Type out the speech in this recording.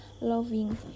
loving